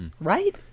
right